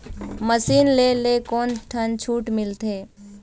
Machine ले ले कोन ठन छूट मिलथे?